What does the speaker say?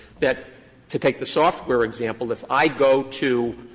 but to take the software example, if i go to,